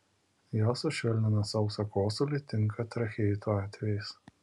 jos sušvelnina sausą kosulį tinka tracheitų atvejais